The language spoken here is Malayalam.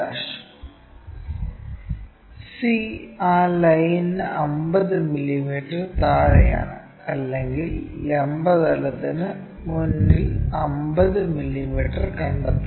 c ആ ലൈനിന് 50 മില്ലീമീറ്റർ താഴെയാണ് അല്ലെങ്കിൽ ലംബ തലത്തിനു മുന്നിൽ 50 മില്ലീമീറ്റർ കണ്ടെത്തുക